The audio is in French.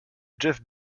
jeff